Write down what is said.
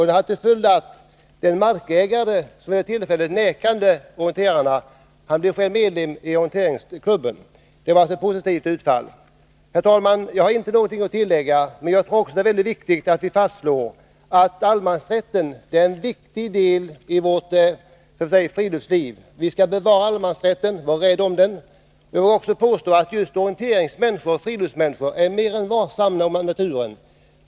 Det hade till följd att den markägare som vid det tillfället förvägrat orienterarna att ha sin tävling själv blev medlem i orienteringsklubben. Resultatet blev alltså positivt. Herr talman! Jag har inget att tillägga, men jag vill framhålla att det är 149 angeläget att slå fast att allemansrätten är en viktig förutsättning för vårt friluftsliv. Vi skall därför bevara allemansrätten, vara rädda om den. Jag vill påstå att orienteringsmänniskor och andra friluftsmänniskor är mycket varsamma om naturen.